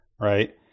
right